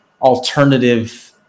alternative